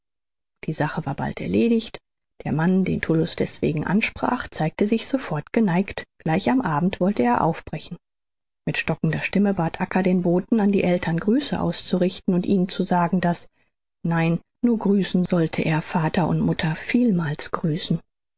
die sache war bald erledigt der mann den tullus deswegen ansprach zeigte sich sofort geneigt gleich am abend wollte er aufbrechen mit stockender stimme bat acca den boten an die eltern grüße auszurichten und ihnen zu sagen daß nein nur grüßen sollte er vater und mutter vielmals grüßen